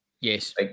Yes